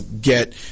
get